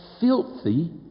filthy